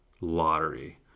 lottery